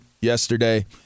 yesterday